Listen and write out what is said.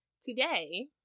today